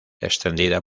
extendida